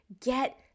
Get